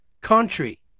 country